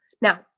now